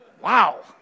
wow